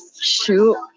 shoot